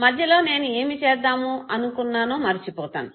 మధ్యలో నేను ఏమి చేద్దాము అనుకున్నానో మరిచి పోతాను